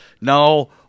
No